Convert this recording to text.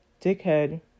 dickhead